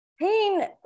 Pain